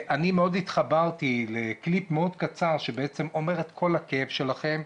אני מאוד התחברתי לקליפ מאוד קצר שאומר את כל הכאב שלכם,